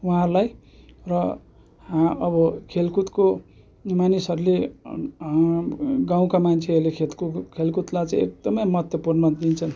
उहाँहरूलाई र अब खेलकुदको मानिसहरूले गाउँका मान्छेहरूले खेद् खेलकुदलाई एकदमै महत्त्वपूर्ण दिन्छन्